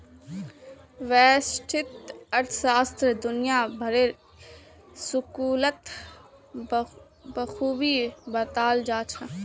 व्यष्टि अर्थशास्त्र दुनिया भरेर स्कूलत बखूबी बताल जा छह